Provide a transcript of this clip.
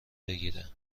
بگیره